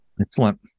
Excellent